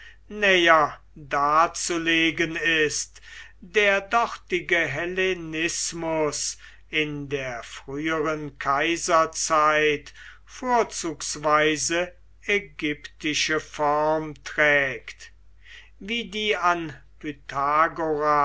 darzulegen ist der dortige hellenismus in der früheren kaiserzeit vorzugsweise ägyptische form trägt wie die an